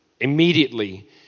immediately